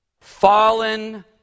Fallen